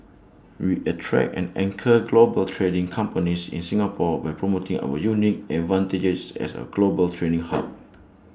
we attract and anchor global trading companies in Singapore by promoting our unique advantages as A global trading hub